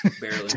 Barely